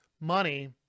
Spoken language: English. money